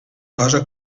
cosa